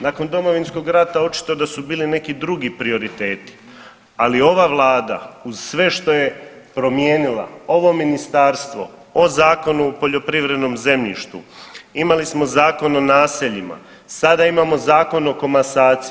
Nakon Domovinskog rata očito da su bili neki drugi prioriteti, ali ova Vlada uz sve što je promijenila, ovo ministarstvo o Zakonu o poljoprivrednom zemljištu, imali smo Zakon o naseljima, sada imamo Zakon o komasaciji.